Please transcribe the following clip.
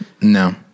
No